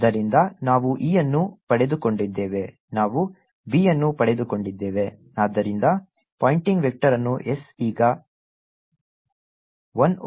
ಆದ್ದರಿಂದ ನಾವು E ಅನ್ನು ಪಡೆದುಕೊಂಡಿದ್ದೇವೆ ನಾವು B ಅನ್ನು ಪಡೆದುಕೊಂಡಿದ್ದೇವೆ ಆದ್ದರಿಂದ ಪಾಯಿಂಟಿಂಗ್ ವೆಕ್ಟರ್ ಅನ್ನು S ಈಗ 1 over mu naught E cross B ಆಗಿದೆ